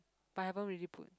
but I haven't really put